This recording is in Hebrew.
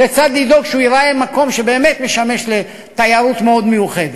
כיצד לדאוג שהוא ייראה כמו מקום שבאמת משמש לתיירות מאוד מיוחדת.